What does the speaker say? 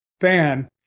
fan